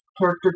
character